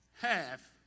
half